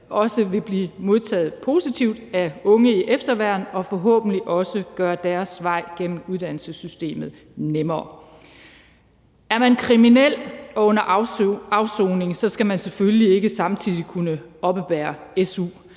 også vil blive modtaget positivt af unge i efterværn og forhåbentlig også gøre deres vej gennem uddannelsessystemet nemmere. Er man kriminel og under afsoning, skal man selvfølgelig ikke samtidig kunne oppebære su.